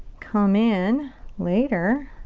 come in later